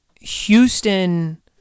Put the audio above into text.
Houston